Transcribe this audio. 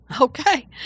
okay